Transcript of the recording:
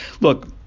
Look